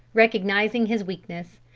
recognizing his weakness,